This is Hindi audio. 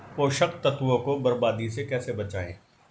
पोषक तत्वों को बर्बादी से कैसे बचाएं?